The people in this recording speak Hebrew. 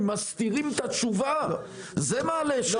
אם מסתירים את התשובה זה מעלה שאלות.